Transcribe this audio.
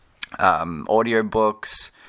audiobooks